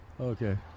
Okay